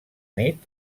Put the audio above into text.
nit